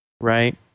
right